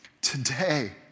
Today